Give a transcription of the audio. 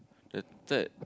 the third